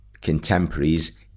contemporaries